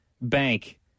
Bank